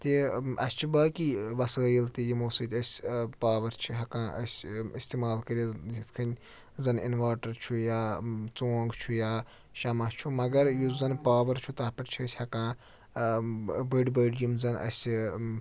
تہِ اسہِ چھِ باقٕے وسٲیِل تہِ یِمو سۭتۍ أسۍ پاوَر چھِ ہیٚکان أسۍ استعمال کٔرِتھ یِتھ کٔنۍ زَن اِنوٲرٹَر چھُ یا ژونٛگ چھُ یا شمع چھُ مگر یُس زَن پاوَر چھُ تَتھ پٮ۪ٹھ چھِ أسۍ ہیٚکان بٔڑۍ بٔڑۍ یِم زَن اسہِ